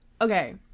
Okay